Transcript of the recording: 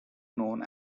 known